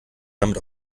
damit